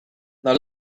now